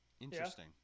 Interesting